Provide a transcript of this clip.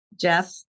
jeff